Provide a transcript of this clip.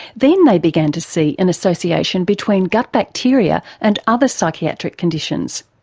then they began to see an association between gut bacteria and other psychiatric conditions.